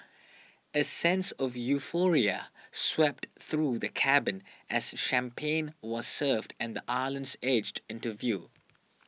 a sense of euphoria swept through the cabin as champagne was served and the edged into view